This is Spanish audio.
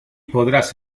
podrás